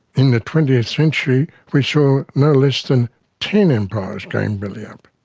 in the twentieth century we saw no less than ten empires going belly up,